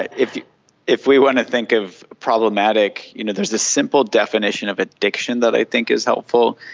if if we want to think of problematic, you know, there is this simple definition of addiction that i think is helpful,